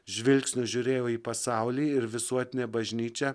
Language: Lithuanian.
žvilgsniu žiūrėjo į pasaulį ir visuotinę bažnyčią